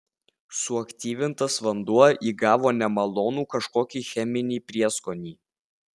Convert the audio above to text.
suaktyvintas vanduo įgavo nemalonų kažkokį cheminį prieskonį